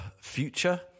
future